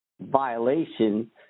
violation